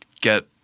get